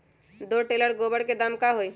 दो टेलर गोबर के दाम का होई?